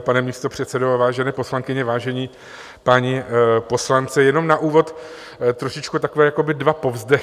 Pane místopředsedo, vážené poslankyně, vážení páni poslanci, jenom na úvod trošičku takové dva povzdechy.